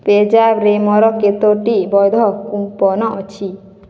ପେଜାପ୍ରେ ମୋର କେତୋଟି ବୈଧ କୁପନ୍ ଅଛି